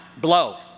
blow